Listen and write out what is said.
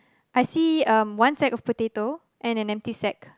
I see um one sack of potato and an empty sack